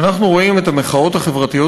כשאנחנו רואים את המחאות החברתיות